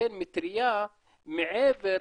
ייתן מטרייה מעבר